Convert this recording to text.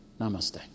Namaste